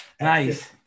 nice